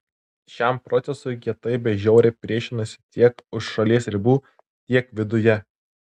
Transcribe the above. šiam procesui kietai bei žiauriai priešinasi tiek už šalies ribų tiek viduje